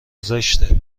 زشته